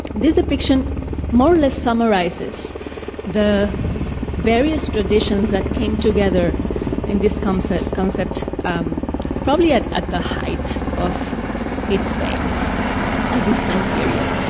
this depiction more or less summarizes the various traditions that came together in this concept, um probably at at the height of its fame at this time period.